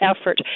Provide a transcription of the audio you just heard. effort